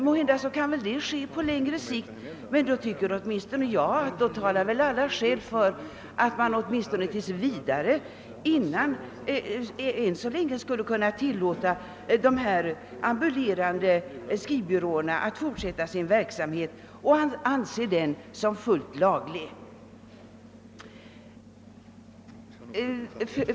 Måhända kan detta genomföras på längre sikt, men jag tycker för egen del att alla skäl talar för att åtminstone ännu så länge tillåta de ambulerande skrivbyråerna att fortsätta sin verksamhet och att betrakta den vara fullt laglig.